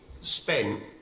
spent